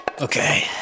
Okay